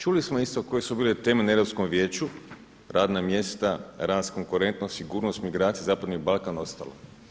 Čuli smo isto koje su bile teme na Europskom vijeću, radna mjesta, rast konkurentnosti, sigurnost migracije, zapadni Balkan, ostalo.